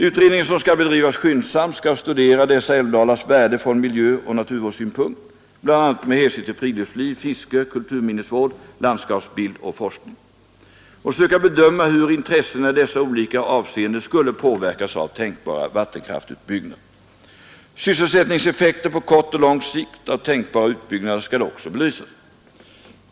Utredningen, som skall bedrivas skyndsamt, skall studera dessa älvdalars värde från miljöoch naturvårdssynpunkt — bl.a. med hänsyn till friluftsliv, fiske, kulturminnesvård, landskapsbild och forskning — och söka bedöma hur intressena i dessa olika avseenden skulle påverkas av tänkta vattenkraftsutbyggnader. Sysselsättningseffekter på kort och lång sikt av tänkbara utbyggnader skall också belysas.